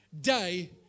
day